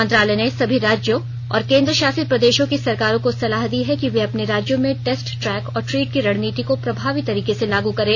मंत्रालय ने सभी राज्यों और केंद्रशासित प्रदेशों की सरकारों को सलाह दी है कि वे अपने राज्यों में टेस्ट ट्रैक और ट्रीट की रणनीति को प्रभावी तरीके से लागू करें